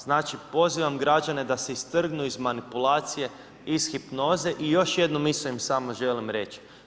Znači pozivam građane da se istrgnu iz manipulacije iz hipnoze i još jednu misao im samo želim reći.